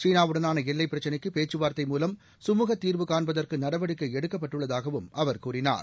சீனாவுடனான எல்லைப் பிரச்சினைக்கு பேச்சுவார்த்தை மூலம் கமூக தீர்வு காண்பதற்கு நடவடிக்கை எடுக்கப்பட்டுள்ளதாகவும் அவர் கூறினார்